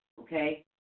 Okay